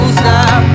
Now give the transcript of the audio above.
stop